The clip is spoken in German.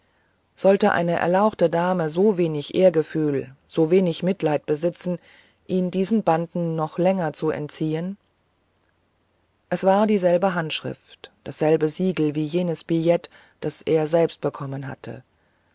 sollte eine erlauchte dame so wenig ehrgefühl so wenig mitleid besitzen ihn diesen banden noch länger zu entziehen es war dieselbe handschrift dasselbe siegel wie jenes billets das er selbst bekommen hatte